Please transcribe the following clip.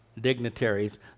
dignitaries